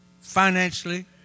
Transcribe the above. financially